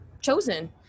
chosen